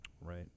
Right